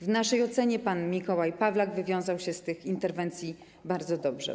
W naszej ocenie pan Mikołaj Pawlak wywiązał się z tych interwencji bardzo dobrze.